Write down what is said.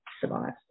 survive